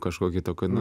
kažkokį tokį nu